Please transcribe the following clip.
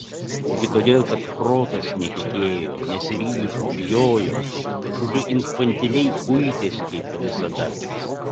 ogi todėl kad protas netikėjo nesiryžo bijojo žodžiu infantiliai kuitėsi kaip visada